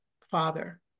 father